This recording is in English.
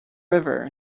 river